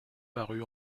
paru